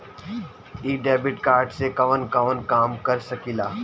इ debit card से कवन कवन काम कर सकिला?